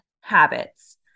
habits